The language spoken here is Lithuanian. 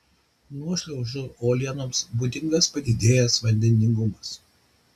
nuošliaužų uolienoms būdingas padidėjęs vandeningumas